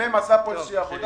הממ"מ עשו פה איזושהי עבודה